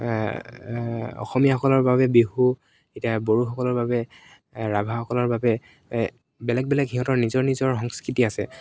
অসমীয়াসকলৰ বাবে বিহু এতিয়া বড়োসকলৰ বাবে ৰাভাসকলৰ বাবে বেলেগ বেলেগ সিহঁতৰ নিজৰ নিজৰ সংস্কৃতি আছে